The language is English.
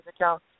account